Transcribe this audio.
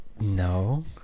no